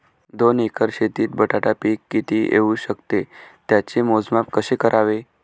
दोन एकर शेतीत बटाटा पीक किती येवू शकते? त्याचे मोजमाप कसे करावे?